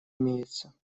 имеется